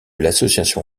l’association